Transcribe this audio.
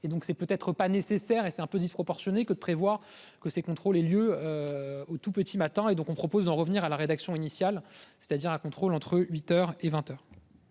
et donc c'est peut être pas nécessaire et c'est un peu disproportionné que de prévoir que ces contrôles et lieu. Au tout petit matin et donc on propose d'en revenir à la rédaction initiale, c'est-à-dire un contrôle entre 8h et 20h.